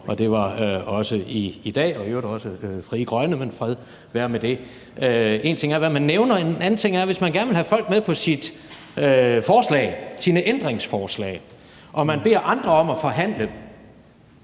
og det var også i dag – og i øvrigt også Frie Grønne, men fred være med det. En ting er, hvem man nævner; en anden ting er – hvis man gerne vil have folk med på sine ændringsforslag og man beder andre om at forhandle,